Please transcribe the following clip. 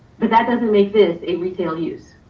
but that doesn't make this a retail use.